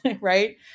right